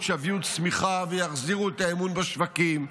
שיביאו צמיחה ויחזירו את האמון בשווקים,